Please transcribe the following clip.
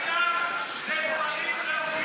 חלקם לדברים ראויים.